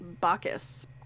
Bacchus